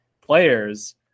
players